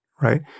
right